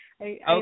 Okay